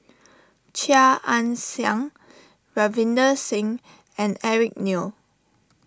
Chia Ann Siang Ravinder Singh and Eric Neo